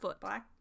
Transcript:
Black